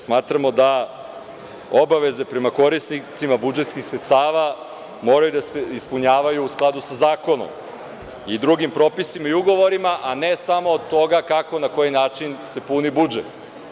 Smatramo da obaveze prema korisnicima budžetskih sredstava moraju da se ispunjavaju u skladu sa zakonom i drugim propisima i ugovorima, a ne samo od toga kako i na koji način se puni budžet.